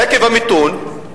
עקב המיתון,